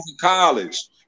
college